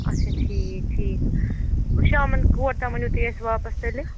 اَچھا ٹھیٖک ٹھیٖک شامَن کور تام أنِو تُہۍ اَسہِ واپَس تیٚلہِ